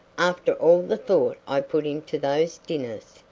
after all the thought i put into those dinners,